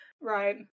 right